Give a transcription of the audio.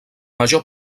major